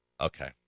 Okay